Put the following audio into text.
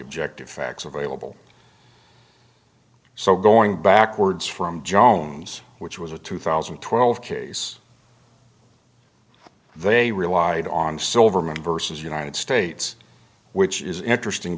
objective facts available so going backwards from jones which was a two thousand and twelve case they relied on silverman versus united states which is interesting